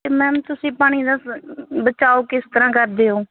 ਅਤੇ ਮੈਮ ਤੁਸੀਂ ਪਾਣੀ ਦਾ ਸ ਬਚਾਓ ਕਿਸ ਤਰ੍ਹਾਂ ਕਰਦੇ ਹੋ